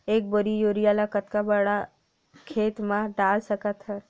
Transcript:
एक बोरी यूरिया ल कतका बड़ा खेत म डाल सकत हन?